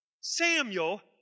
Samuel